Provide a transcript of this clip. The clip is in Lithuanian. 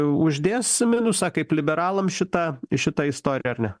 uždės minusą kaip liberalams šita šita istorija ar ne